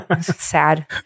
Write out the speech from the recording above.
Sad